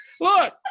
Look